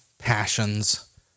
passions